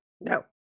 No